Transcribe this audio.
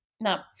Now